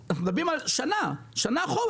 אנחנו מדברים על שנה אחורה